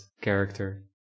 character